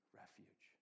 refuge